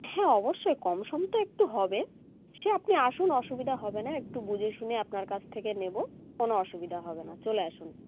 হ্যাঁ অবশ্যই কম সম তো একটু হবে সে আপনি আসুন অসুবিধা হবে না একটু বুঝে শুনে আপনার কাছ থেকে নেবো কোনো অসুবিধা হবে না চলে আসুন